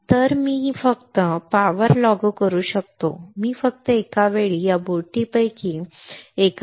तर मी फक्त पॉवर लागू करू शकतो मी फक्त एका वेळी या बोटीपैकी एका बोटीला पॉवर लागू करू शकतो बरोबर